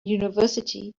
university